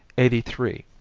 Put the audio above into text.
eighty three.